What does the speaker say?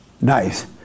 Nice